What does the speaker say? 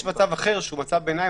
יש מצב אחר שהוא מצב ביניים.